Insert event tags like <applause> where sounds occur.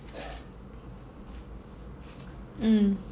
<laughs> mm